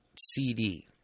CD